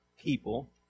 people